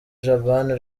jabana